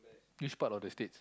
which part of the States